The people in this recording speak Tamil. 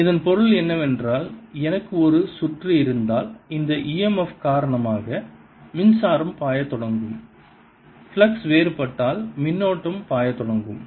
இதன் பொருள் என்னவென்றால் எனக்கு ஒரு சுற்று இருந்தால் இந்த e m f காரணமாக மின்சாரம் பாயத் தொடங்கும் ஃப்ளக்ஸ் வேறுபாட்டால் மின்னோட்டம் பாயத் தொடங்கும்